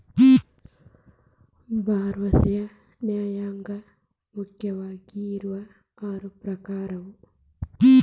ಭಾರೊವರ್ಸ್ ನ್ಯಾಗ ಮುಖ್ಯಾವಗಿ ಆರು ಪ್ರಕಾರವ